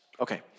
Okay